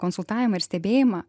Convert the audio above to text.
konsultavimą ir stebėjimą